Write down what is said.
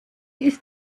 ist